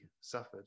suffered